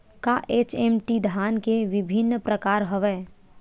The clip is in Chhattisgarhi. का एच.एम.टी धान के विभिन्र प्रकार हवय?